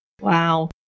Wow